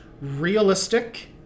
realistic